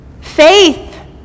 Faith